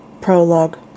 Prologue